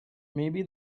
maybe